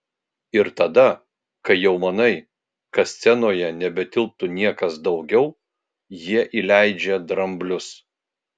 ir tada kai jau manai kad scenoje nebetilptų niekas daugiau jie įleidžia dramblius